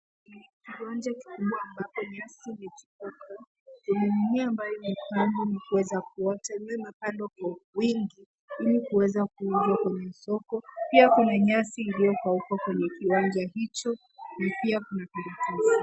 Kiwanja kikubwa ambapo nyasi imechipuka, kuna mimea ambayo imepandwa na kuweza kuota, mimea imepandwa kwa wingi ili kuweza kuuzwa kwenye soko. Pia kuna nyasi iliyokauka kwenye kiwanja hicho na pia kuna.